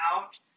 out